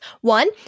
One